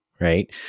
Right